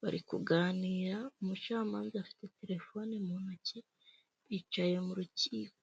bari kuganira umucamanza afite telefone mu ntoki bicaye mu rukiko.